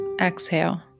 exhale